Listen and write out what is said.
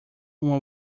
uma